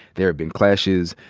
there have been clashes.